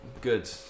Good